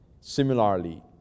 Similarly